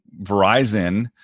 Verizon